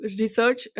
research